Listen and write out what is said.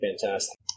fantastic